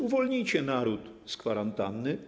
Uwolnijcie naród z kwarantanny.